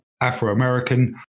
Afro-American